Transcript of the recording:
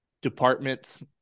departments